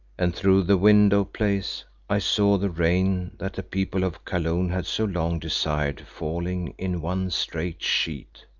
and through the window-place i saw the rain that the people of kaloon had so long desired falling in one straight sheet.